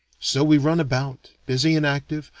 so we run about, busy and active,